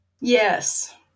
Yes